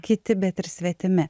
kiti bet ir svetimi